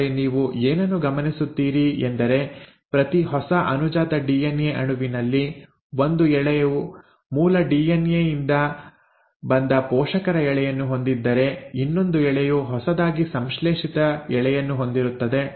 ಆದರೆ ನೀವು ಏನನ್ನು ಗಮನಿಸುತ್ತೀರಿ ಎಂದರೆ ಪ್ರತಿ ಹೊಸ ಅನುಜಾತ ಡಿಎನ್ಎ ಅಣುವಿನಲ್ಲಿ ಒಂದು ಎಳೆಯು ಮೂಲ ಡಿಎನ್ಎ ಯಿಂದ ಬಂದ ಪೋಷಕರ ಎಳೆಯನ್ನು ಹೊಂದಿದ್ದರೆ ಇನ್ನೊಂದು ಎಳೆಯು ಹೊಸದಾಗಿ ಸಂಶ್ಲೇಷಿತ ಎಳೆಯನ್ನು ಹೊಂದಿರುತ್ತದೆ